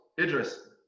Idris